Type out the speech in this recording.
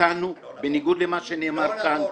איתנו בניגוד למה שנאמר כאן.